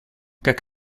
как